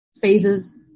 phases